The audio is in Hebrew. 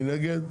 מי נגד?